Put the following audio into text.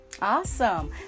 Awesome